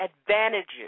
advantages